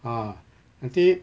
ah nanti